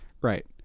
Right